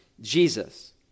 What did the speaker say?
Jesus